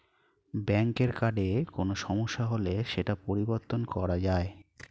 ব্যাঙ্কের কার্ডে কোনো সমস্যা হলে সেটা পরিবর্তন করা যায়